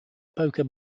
poker